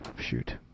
shoot